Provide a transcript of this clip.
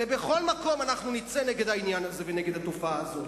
ובכל מקום אנחנו נצא נגד העניין הזה ונגד התופעה הזאת.